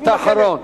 משפט אחרון.